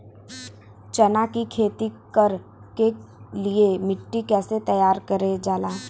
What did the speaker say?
चना की खेती कर के लिए मिट्टी कैसे तैयार करें जाला?